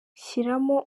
shyiramo